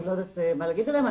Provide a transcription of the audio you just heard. אני לא יודעת מה להגיד עליהם.